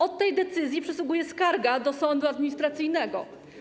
Od tej decyzji przysługuje skarga do sądu administracyjnego.